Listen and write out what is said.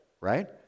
right